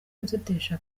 gutetesha